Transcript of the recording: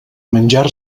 menjar